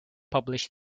publish